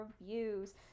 reviews